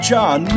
John